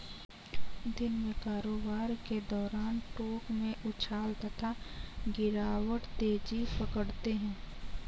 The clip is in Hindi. दिन में कारोबार के दौरान टोंक में उछाल तथा गिरावट तेजी पकड़ते हैं